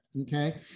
Okay